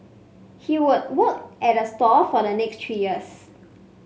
he would work at the store for the next three years